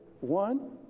One